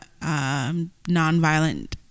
nonviolent